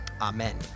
Amen